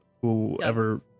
whoever